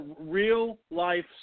real-life